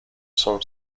son